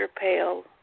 Pale